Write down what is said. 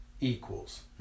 equals